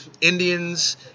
Indians